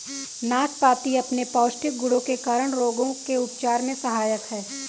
नाशपाती अपने पौष्टिक गुणों के कारण रोगों के उपचार में सहायक है